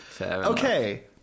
okay